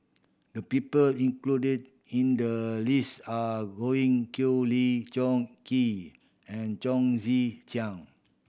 the people included in the list are Godwin Koay Lee Choon Kee and Chong Tze Chien